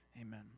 Amen